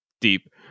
deep